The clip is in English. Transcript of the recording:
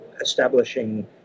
establishing